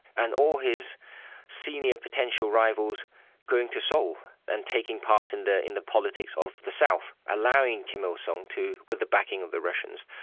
and all his senior potential rivals going to seoul, and taking part in the in the politics of the south, allowing kim il-sung, with the backing of the russians,